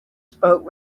spoke